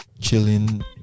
chilling